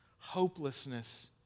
hopelessness